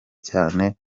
cyane